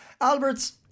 Alberts